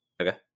okay